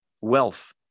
wealth